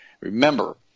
Remember